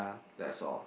that's all